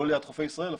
לא ליד חופי ישראל אפילו,